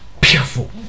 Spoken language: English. beautiful